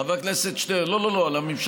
חבר הכנסת שטרן, לא, לא, על הממשלה.